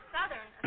Southern